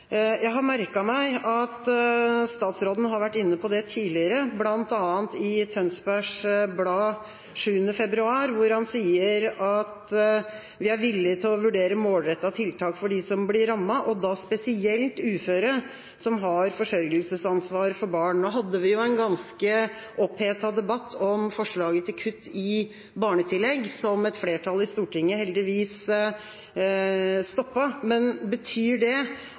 Jeg har merket meg at statsråden har vært inne på det tidligere, bl.a. i Tønsbergs Blad 7. februar, hvor han sier at vi er «villig til å vurdere målrettede tiltak for de som blir rammet, og da spesielt uføre som har forsørgelsesansvar for barn». Nå hadde vi jo en ganske opphetet debatt om forslaget til kutt i barnetillegget, som et flertall i Stortinget heldigvis stoppet, men betyr det